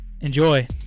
Enjoy